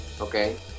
okay